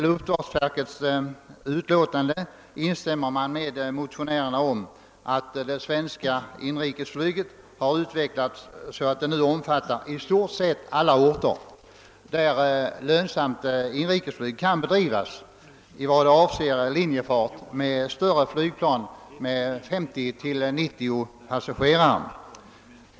Luftfartsverket instämmer i sitt yttrande i motionärernas uppfattning »att det svenska inrikesflyget har utvecklats så att det nu omfattar i stort sett alla orter, där lönsamt inrikesflyg kan bedrivas, ——— i vad avser den inrikes linjefarten med större flygplan ».